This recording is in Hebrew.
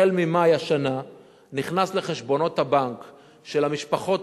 החל ממאי השנה נכנס לחשבונות הבנק של המשפחות